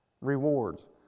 Rewards